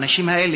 האנשים האלה,